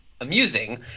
Amusing